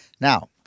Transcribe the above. Now